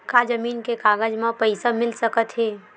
का जमीन के कागज म पईसा मिल सकत हे?